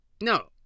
no